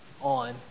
on